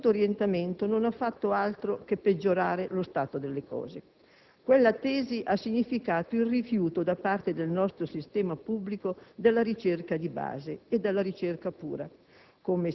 ma questo orientamento non ha fatto altro che peggiorare lo stato delle cose. Quella tesi ha significato il rifiuto da parte del nostro sistema pubblico della ricerca di base e della ricerca pura,